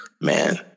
Man